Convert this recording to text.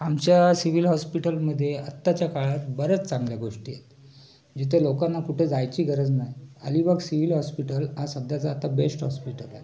आमच्या सिविल हॉस्पिटलमध्ये आत्ताच्या काळात बऱ्याच चांगल्या गोष्टी आहेत जिथं लोकांना कुठं जायची गरज नाही अलिबाग सिवील हॉस्पिटल हा सध्याचा आत्ता बेश्ट हॉस्पिटल आहे